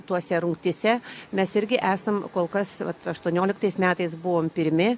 tose rungtyse mes irgi esam kol kas vat aštuonioliktais metais buvom pirmi